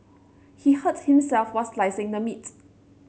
he hurt himself while slicing the meat